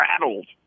rattled